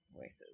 voices